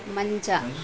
ಮಂಚ